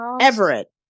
Everett